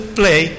play